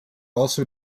also